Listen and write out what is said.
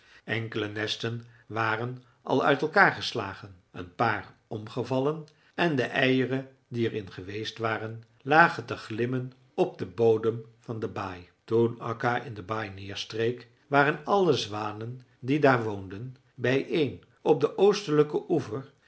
enkele nesten waren al uit elkaar geslagen een paar omgevallen en de eieren die er in geweest waren lagen te glimmen op den bodem van de baai toen akka in de baai neerstreek waren alle zwanen die daar woonden bijeen op den oostelijken oever